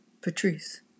Patrice